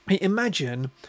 Imagine